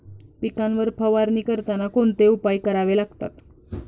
पिकांवर फवारणी करताना कोणते उपाय करावे लागतात?